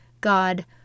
God